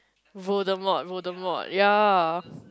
Voldemort Voldemort ya